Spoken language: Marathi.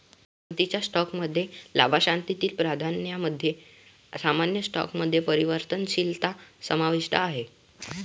पसंतीच्या स्टॉकमध्ये लाभांशातील प्राधान्यामध्ये सामान्य स्टॉकमध्ये परिवर्तनशीलता समाविष्ट आहे